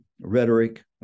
Rhetoric